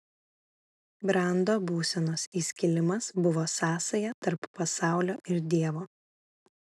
brando būsenos įskilimas buvo sąsaja tarp pasaulio ir dievo